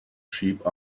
sheep